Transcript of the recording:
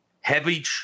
heavy